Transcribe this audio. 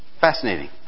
Fascinating